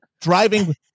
driving